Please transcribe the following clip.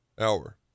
hour